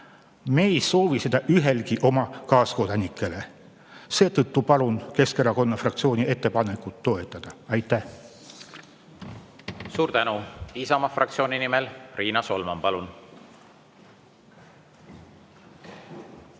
Me ei soovi seda ühelegi oma kaaskodanikule. Seetõttu palun Keskerakonna fraktsiooni ettepanekut toetada. Aitäh! Suur tänu! Isamaa fraktsiooni nimel Riina Solman, palun!